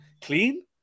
clean